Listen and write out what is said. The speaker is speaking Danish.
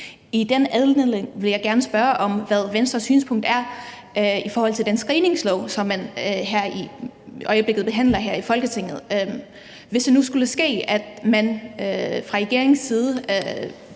I den anledning vil jeg gerne spørge, hvad Venstres synspunkt er i forhold til den screeningslov, som man i øjeblikket behandler her i Folketinget. Hvis det nu skulle ske, at man fra regeringens side